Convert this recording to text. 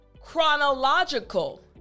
Chronological